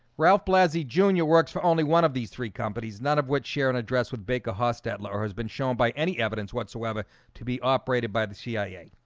ralph blasi jr. works for only one of these three companies none of which share an address with baker hostetler has been shown by any evidence whatsoever to be operated by the cia